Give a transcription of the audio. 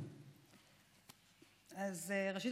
ראשית,